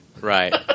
Right